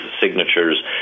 signatures